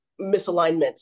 misalignments